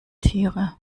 tiere